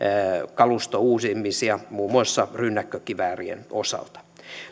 kalustouusimisia muun muassa rynnäkkökiväärien osalta